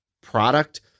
product